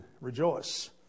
rejoice